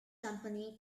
company